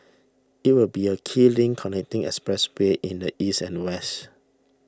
it will be a key link connecting expressways in the east and west